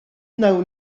wnawn